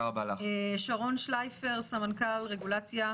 שרון פליישר, מה עושה החברה שלכם?